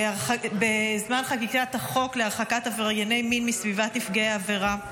בזמן חקיקת החוק להרחקת עברייני המין מסביבת נפגעי העבירה.